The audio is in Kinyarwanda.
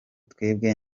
twebwe